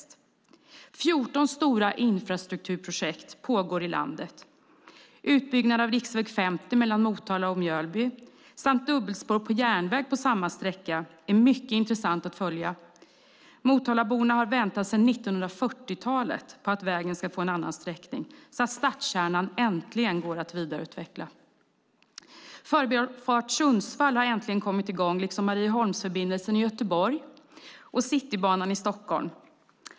Det pågår 14 stora infrastrukturprojekt i landet. Utbyggnaden av riksväg 50 mellan Motala och Mjölby samt dubbelspår på järnväg på samma sträcka är mycket intressant att följa. Motalaborna har väntat sedan 1940-talet på att vägen ska få en annan sträckning så att stadskärnan äntligen ska gå att vidareutveckla. Förbifart Sundsvall har äntligen kommit i gång, liksom Marieholmsförbindelsen i Göteborg och Citybanan i Stockholm.